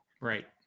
Right